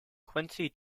quincy